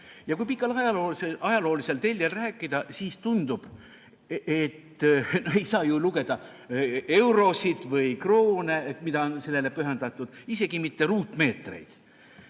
Kui pikal ajaloolisel teljel rääkida, siis tundub, et ei saa ju lugeda eurosid või kroone, mida on sellele pühendatud, isegi mitte ruutmeetreid.